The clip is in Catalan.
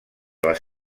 les